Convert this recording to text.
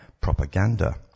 propaganda